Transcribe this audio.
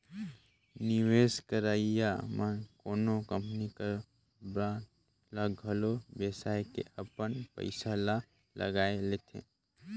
निवेस करइया मन कोनो कंपनी कर बांड ल घलो बेसाए के अपन पइसा ल लगाए लेथे